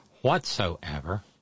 whatsoever